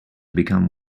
become